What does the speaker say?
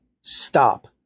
stop